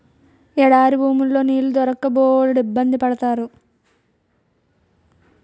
ఎడారి భూముల్లో నీళ్లు దొరక్క బోలెడిబ్బంది పడతారు